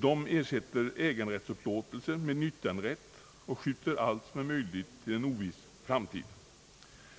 De ersätter äganderättsupplåtelser med nyttjanderätt och skjuter allt som är möjligt till en oviss framtid.